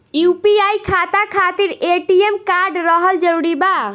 UPI खाता खातिर ATM card रहल जरूरी बा?